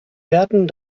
werden